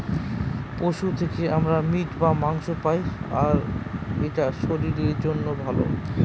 পশু থেকে আমরা মিট বা মাংস পায়, আর এটা শরীরের জন্য ভালো